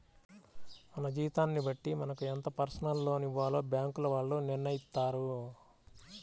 మన జీతాన్ని బట్టి మనకు ఎంత పర్సనల్ లోన్ ఇవ్వాలో బ్యేంకుల వాళ్ళు నిర్ణయిత్తారు